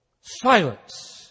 silence